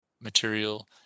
material